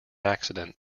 accident